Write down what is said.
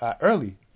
early